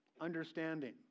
understanding